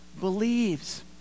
believes